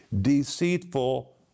deceitful